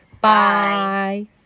Bye